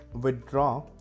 withdraw